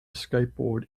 skateboard